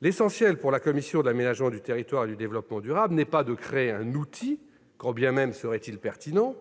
L'essentiel pour la commission de l'aménagement du territoire et du développement durable n'est pas de créer un outil, quand bien même il serait pertinent.